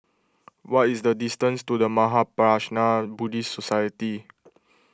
what is the distance to the Mahaprajna Buddhist Society